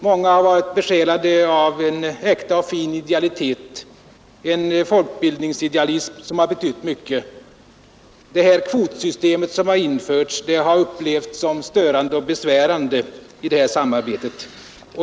Många har varit besjälade av äkta och fin idealitet, en folkbildningsidealism som har betytt mycket. Det kvotsystem som införts har upplevts som störande och besvärande i samarbetet.